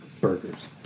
Burgers